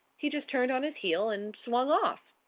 he just turned on his heel and swung off.